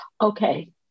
okay